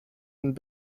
and